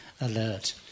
alert